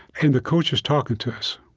and the coach was talking to us,